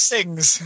Sings